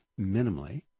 minimally